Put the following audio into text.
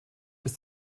bis